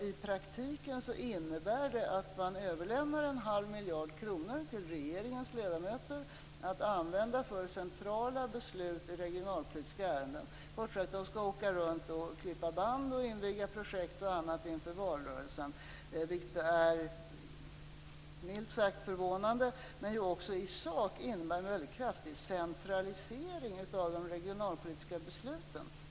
I praktiken innebär det ju att man överlämnar en halv miljard kronor till regeringens ledamöter att använda för centrala beslut i regionalpolitiska ärenden. Kort sagt: De skall åka runt, klippa band och inviga projekt och annat inför valrörelsen. Det är milt sagt förvånande. Men det innebär också i sak en väldigt kraftig centralisering av de regionalpolitiska besluten.